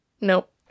Nope